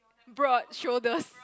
broad shoulders